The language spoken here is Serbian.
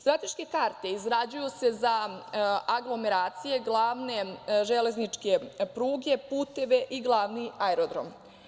Strateške karte izrađuju se za aglomeracije glavne, železničke pruge, puteve i glavni aerodrom.